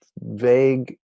vague